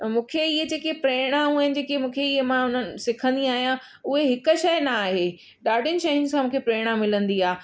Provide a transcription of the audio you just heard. मूंखे ईअं जेकी प्रेरणाउनि जेकी मूंखे ईअं मां उन्हनि सिखंदी आहियां उहे हिकु शइ न आहे ॾाढियुनि शयुनि सां मूंखे प्रेरणा मिलंदी आहे